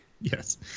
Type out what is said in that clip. Yes